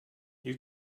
you